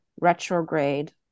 retrograde